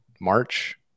March